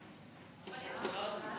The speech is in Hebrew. מוסר תשלומים